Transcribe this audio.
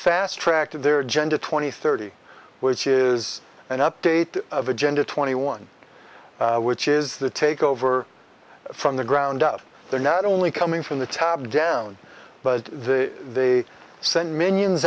fast track to their agenda twenty thirty which is an update of agenda twenty one which is the take over from the ground up there not only coming from the top down but the they send minions